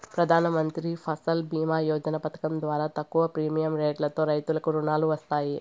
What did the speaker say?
ప్రధానమంత్రి ఫసల్ భీమ యోజన పథకం ద్వారా తక్కువ ప్రీమియం రెట్లతో రైతులకు రుణాలు వస్తాయి